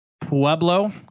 Pueblo